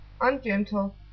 ungentle